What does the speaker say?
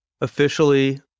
officially